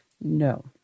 No